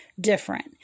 different